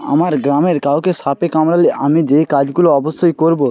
আমার গ্রামের কাউকে সাপে কামড়ালে আমি যে কাজগুলো অবশ্যই করব